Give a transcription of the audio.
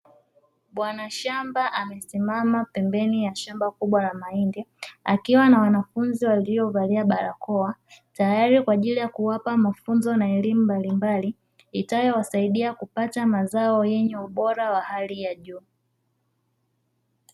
Bwana shamba amesimama pembeni ya shamba kubwa la mahindi, akiwa na wanafunzi waliovalia barakoa, tayari kwa ajili ya kuwapa mafunzo na elimu mbalimbali, itakayowasaidia kupata mazao yenye ubora wa hali ya juu.